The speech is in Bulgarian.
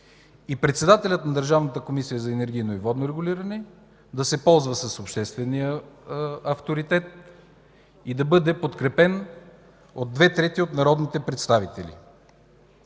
и председателят на Държавната комисия за енергийно и водно регулиране да се ползва с обществения авторитет и да бъде подкрепен от две трети от народните представители;